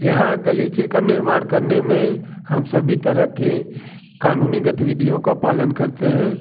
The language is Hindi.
यहाँ गलीचे का निर्माण करने में हम सभी तरह की कानूनी गतिविधियों का पालन करते हैं